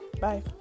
Bye